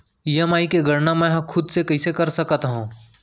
EMI के गड़ना मैं हा खुद से कइसे कर सकत हव?